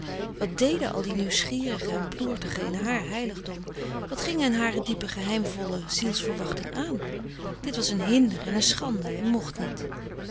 wat deden al die nieuwsgierigen en ploertigen in haar heiligdom wat ging hen hare diepe geheimvolle zielsverwachting aan dit was een hinder en een schande en mocht niet